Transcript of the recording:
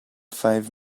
five